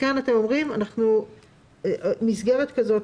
מסגרת כזאת,